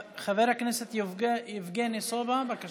חבר הכנסת יבגני סובה, בבקשה.